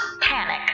panic